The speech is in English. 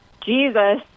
Jesus